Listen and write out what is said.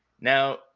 Now